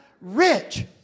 rich